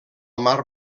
mar